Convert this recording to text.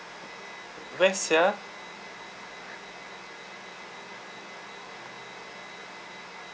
where sia